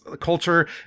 culture